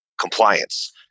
compliance